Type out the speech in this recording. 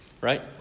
right